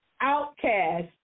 Outcast